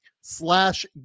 slash